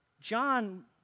John